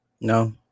No